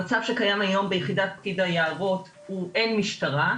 המצב שקיים היום ביחידת פקיד היערות הוא אין משטרה,